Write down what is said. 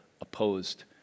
opposed